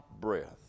breath